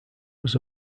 was